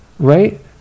right